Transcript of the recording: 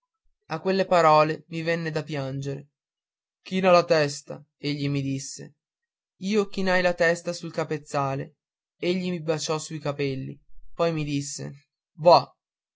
a quelle parole mi venne da piangere china la testa egli mi disse io chinai la testa sul cappezzale egli mi baciò sui capelli poi mi disse va